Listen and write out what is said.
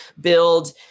build